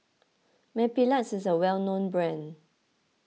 Mepilex is a well known brand